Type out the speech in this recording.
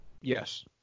Yes